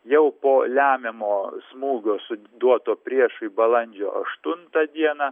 jau po lemiamo smūgio suduoto priešui balandžio aštuntą dieną